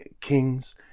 kings